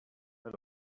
and